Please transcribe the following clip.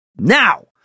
now